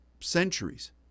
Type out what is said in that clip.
centuries